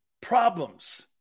problems